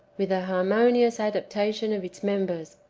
with a harmonious adaptation of its members,